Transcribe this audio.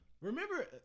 Remember